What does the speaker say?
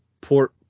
Port